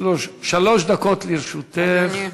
שלוש דקות לרשותך.